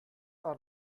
are